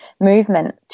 movement